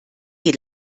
die